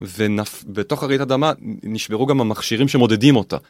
ובתוך הרעידת האדמה נשברו גם המכשירים שמודדים אותה.